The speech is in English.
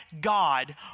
God